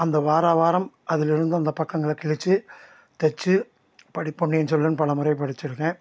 அந்த வாராம் வாரம் அதிலிருந்த அந்த பக்கங்களை கிழித்து தைச்சி படி பொன்னியின் செல்வன் பலமுறை படித்திருக்கேன்